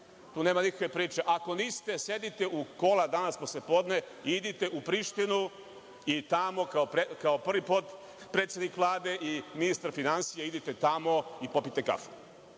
Tu nema nikakve priče. Ako niste sedite u kola danas poslepodne i idite u Prištinu i tamo kao prvi potpredsednik Vlade i ministar finansija popijte kafu.